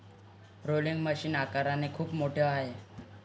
rolling machine आकाराने खूप मोठे आहे